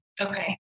Okay